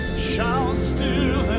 shall still